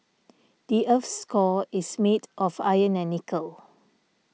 the earth's core is made of iron and nickel